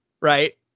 right